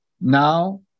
Now